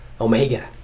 Omega